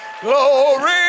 glory